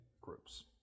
groups